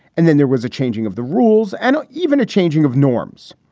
and then there was a changing of the rules and even a changing of norms.